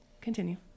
Continue